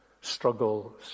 struggles